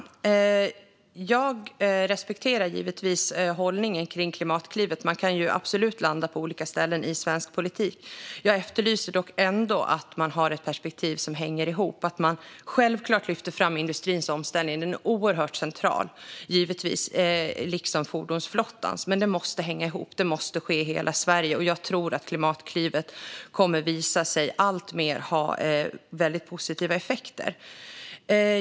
Fru talman! Jag respekterar givetvis hållningen när det gäller Klimatklivet. Man kan absolut landa i olika slutsatser i svensk politik. Dock efterlyser jag att man har ett perspektiv som hänger ihop, att man självklart lyfter fram industrins omställning - den är oerhört central, liksom fordonsflottans - men det måste hänga ihop och ske i hela Sverige. Jag tror att Klimatklivet alltmer kommer att visa sig ha väldigt positiva effekter.